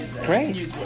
Great